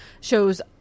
shows